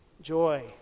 joy